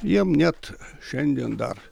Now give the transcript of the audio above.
jiem net šiandien dar